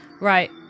Right